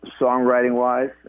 songwriting-wise